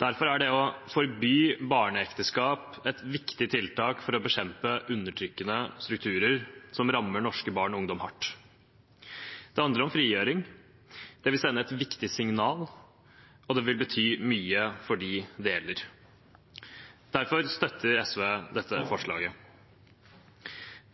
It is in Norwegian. Derfor er det å forby barneekteskap et viktig tiltak for å bekjempe undertrykkende strukturer som rammer norske barn og ungdommer hardt. Det handler om frigjøring, det vil sende et viktig signal, og det vil bety mye for dem det gjelder. Derfor støtter SV dette forslaget.